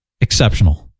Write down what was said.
exceptional